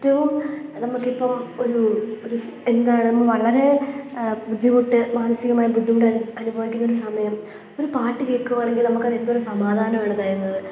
ഏറ്റവും നമ്മൾക്കിപ്പം ഒരു ഒരു എന്താണ് വളരെ ബുദ്ധിമുട്ട് മാനസികമായി ബുദ്ധിമുട്ടുകൾ അനുഭവിക്കുന്നൊരു സമയം ഒരു പാട്ട് കേൾക്കുകയാണെങ്കിൽ നമുക്കതെന്തോരം സമാധാനമാണ് തരുന്നത്